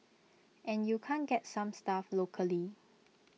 and you can't get some stuff locally